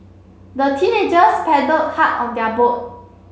the teenagers paddled hard on their boat